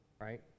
right